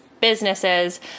businesses